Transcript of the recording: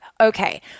okay